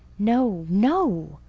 no no,